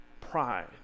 Pride